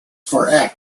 for